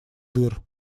дыр